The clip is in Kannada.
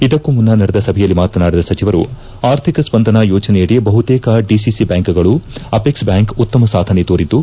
ಇದಕ್ಕೂ ಮುನ್ನ ನಡೆದ ಸಭೆಯಲ್ಲಿ ಮಾತನಾಡಿದ ಸಚಿವರು ಆರ್ಥಿಕ ಸ್ಪಂದನ ಯೋಜನೆಯಡಿ ಬಹುತೇಕ ಡಿಸಿಸಿ ಬ್ಯಾಂಕ್ ಗಳು ಅಪೆಕ್ಸ್ ಬ್ಯಾಂಕ್ ಉತ್ತಮ ಸಾಧನೆ ತೋರಿದ್ದು